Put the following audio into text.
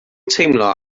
teimlo